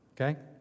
Okay